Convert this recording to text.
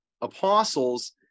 apostles